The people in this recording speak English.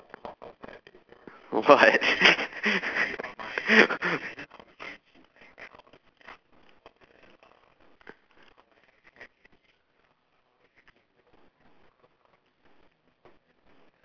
what